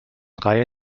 reihe